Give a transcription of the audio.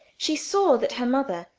she saw that her mother,